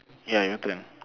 ya your turn